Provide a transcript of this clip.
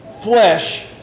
flesh